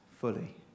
fully